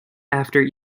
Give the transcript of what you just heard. after